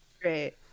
Great